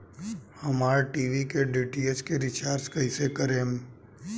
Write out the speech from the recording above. हमार टी.वी के डी.टी.एच के रीचार्ज कईसे करेम?